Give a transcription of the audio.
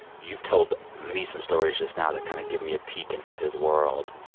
you've told me some stories just now that kind of give me a peek into his world.